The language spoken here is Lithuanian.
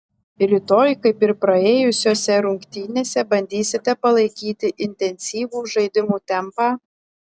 rytoj kaip ir praėjusiose rungtynėse bandysite palaikyti intensyvų žaidimo tempą